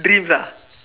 dreams ah